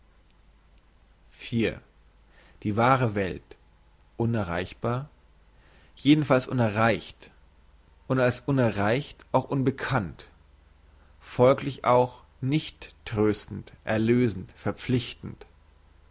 die wahre welt unerreichbar jedenfalls unerreicht und als unerreicht auch unbekannt folglich auch nicht tröstend erlösend verpflichtend